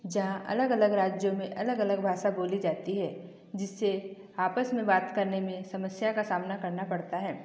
जहां अलग अलग राज्यों में अलग अलग भाषा बोली जाती है जिससे आपस में बात करने में समस्या का सामना करना पड़ता है